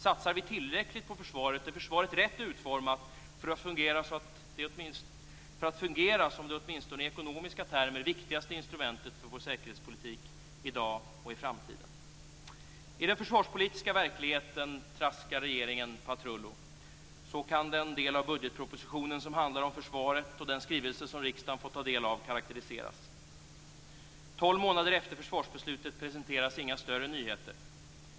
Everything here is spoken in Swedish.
Satsar vi tillräckligt på försvaret, och är försvaret rätt utformat för att fungera som det åtminstone i ekonomiska termer viktigaste instrumentet för vår säkerhetspolitik i dag och i framtiden? I den försvarspolitiska verkligheten traskar regeringen patrullo. Så kan den del av budgetpropositionen som handlar om försvaret och den skrivelse som riksdagen fått ta del av karakteriseras. Tolv månader efter försvarsbeslutet presenteras inga större nyheter.